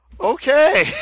Okay